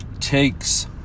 takes